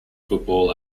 football